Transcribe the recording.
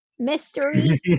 mystery